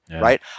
right